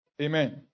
Amen